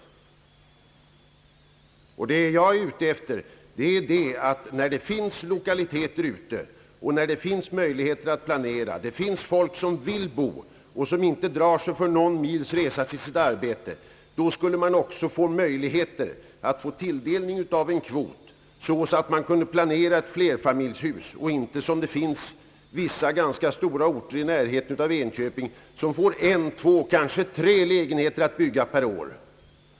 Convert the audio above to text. Vad jag är ute efter är, att när det finns lokaler och när det finns möjligheter att planera och det finns folk som vill bo utanför en stor tätort och som inte drar sig för någon mils resa till arbetet, skall de också ha möjlighet till detta. Men då måste man ha en sådan fördelning av byggnadskvoten att man t.ex. kan bygga ett flerfamiljshus och inte — som fallet är i vissa ganska stora orter i närheten av Enköping — få inskränka sig till att bygga en, två kanske tre lägenheter per år.